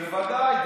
בוודאי.